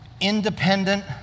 independent